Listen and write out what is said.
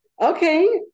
okay